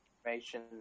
information